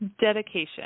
Dedication